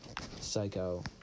psycho